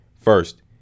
First